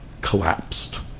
collapsed